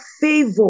favor